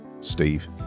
Steve